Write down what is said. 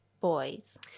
boys